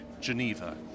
Geneva